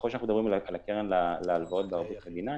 ככל שאנחנו מדברים על הקרן להלוואות בערבות מדינה,